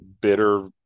bitter